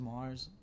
Mars